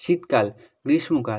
শীতকাল গ্রীষ্মকাল